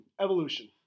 Evolution